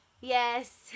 Yes